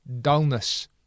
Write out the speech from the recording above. dullness